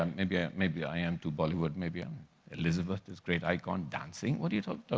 um maybe ah maybe i am too bollywood. maybe um elizabeth, this great icon, dancing? what are you talking